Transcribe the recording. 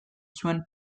zuen